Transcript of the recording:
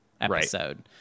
episode